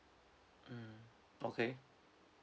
mm okay